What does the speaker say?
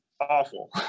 awful